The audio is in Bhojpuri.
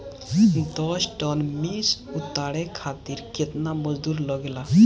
दस टन मिर्च उतारे खातीर केतना मजदुर लागेला?